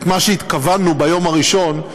את מה שהתכוונו ביום הראשון,